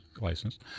license